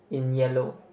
in yellow